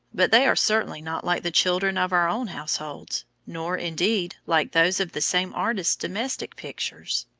but they are certainly not like the children of our own households, nor, indeed, like those of the same artist's domestic pictures.